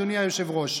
אדוני היושב-ראש,